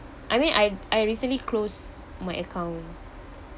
I mean I I recently close my account